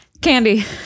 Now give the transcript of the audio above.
Candy